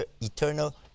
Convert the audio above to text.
eternal